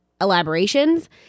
elaborations